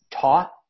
taught